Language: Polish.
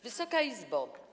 Wysoka Izbo!